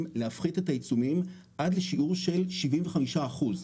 להפחית את העיצומים עד לשיעור של 75 אחוז,